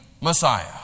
Messiah